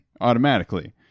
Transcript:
automatically